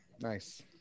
Nice